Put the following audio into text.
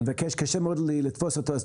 אני מבקש: קשה מאוד לתפוס אותו,